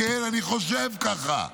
כן, אני חושב ככה.